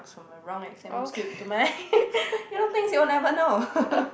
from a wrong exam script to mine you know things you never know